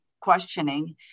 questioning